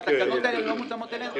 והתקנות האלה לא מותאמות אלינו.